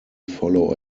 follow